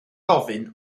gofyn